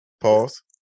Pause